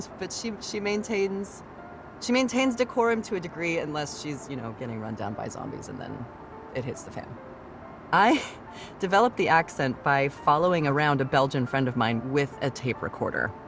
but she she maintains maintains decorum to a degree, unless she's you know getting run down by zombies, and then it hits the fan i developed the accent by following around a belgian friend of mine with a tape recorder,